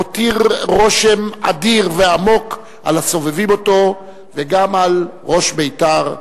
הותיר רושם אדיר ועמוק על הסובבים אותו וגם על ראש בית"ר,